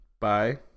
Bye